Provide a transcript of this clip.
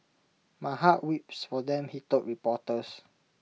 my heart weeps for them he told reporters